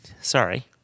sorry